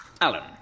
Alan